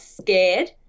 scared